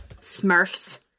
Smurfs